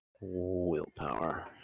willpower